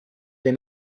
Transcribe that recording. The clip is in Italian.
dai